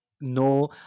no